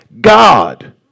God